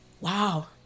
wow